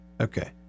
Okay